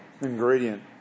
ingredient